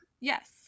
Yes